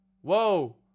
Whoa